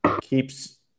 keeps